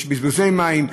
יש בזבוזי מים,